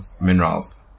minerals